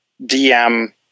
DM